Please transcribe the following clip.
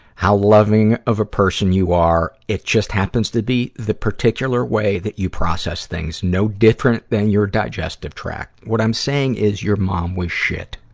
how loving of a person you are. it just happens to be the particular way that you process things, no different than your digestive track. what i'm saying is your mom was shit.